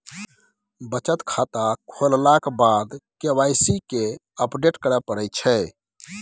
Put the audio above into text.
बचत खाता खोललाक बाद के वाइ सी केँ अपडेट करय परै छै